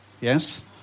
Yes